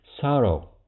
sorrow